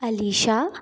Alisha